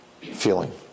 feeling